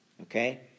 Okay